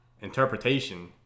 Interpretation